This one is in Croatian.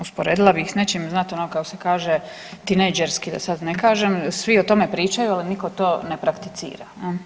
Usporedila bih s nečim, znate ono kako se kaže, tinejdžerski, da sad ne kažem, svi o tome pričaju, ali nitko to ne prakticira.